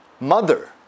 Mother